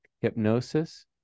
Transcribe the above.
hypnosis